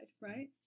right